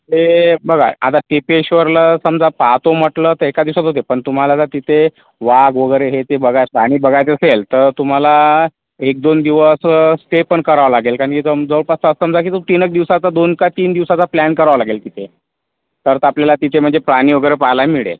हे बघा आता टिपेश्वरला समजा पाहतो म्हटलं तर एका दिवसात होते पण तुम्हाला जर तिथे वाघ वगैरे हे ते बगायस् आणि बघायचं असेल तर तुम्हाला एक दोन दिवस स्टे पण करावा लागेल कारण की जं जवळपास असं समजा की तो तीनच दिवसाचा दोन का तीन दिवसाचा प्लॅन करावा लागेल तिथे तर आपल्याला तिथे म्हणजे प्राणी वगैरे पाहायलाही मिळेल